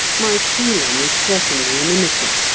my feeling is certainly inimical.